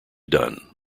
done